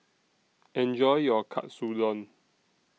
Enjoy your Katsudon